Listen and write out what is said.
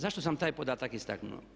Zašto sam taj podatak istaknuo?